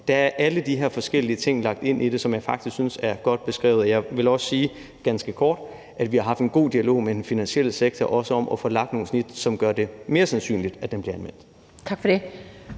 der er alle de her forskellige ting lagt ind i det, som jeg faktisk synes er godt beskrevet. Og jeg vil også sige ganske kort, at vi har haft en god dialog med den finansielle sektor, også om at få lagt nogle snit, som gør det mere sandsynligt, at den bliver anvendt. Kl.